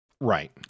Right